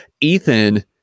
Ethan